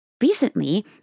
Recently